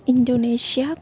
Indonesia